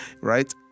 right